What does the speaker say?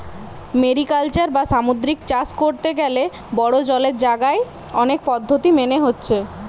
mariculture বা সামুদ্রিক চাষ কোরতে গ্যালে বড়ো জলের জাগায় অনেক পদ্ধোতি মেনে হচ্ছে